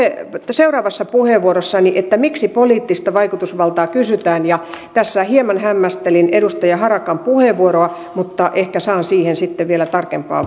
seuraavassa puheenvuorossani siihen miksi poliittista vaikutusvaltaa kysytään tässä hieman hämmästelin edustaja harakan puheenvuoroa mutta ehkä saan siihen sitten vielä tarkempaa